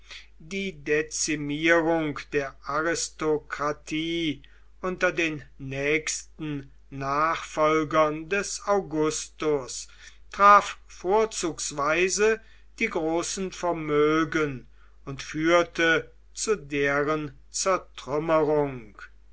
die dezimierung der aristokratie unter den nächsten nachfolgern des augustus traf vorzugsweise die großen vermögen und führte zu deren zertrümmerung